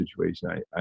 situation